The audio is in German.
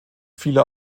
viele